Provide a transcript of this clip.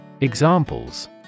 Examples